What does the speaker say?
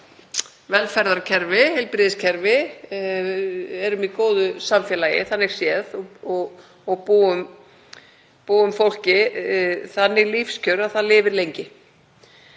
velferðarkerfi, gott heilbrigðiskerfi og erum í góðu samfélagi þannig séð og búum fólki þannig lífskjör að það lifir lengi.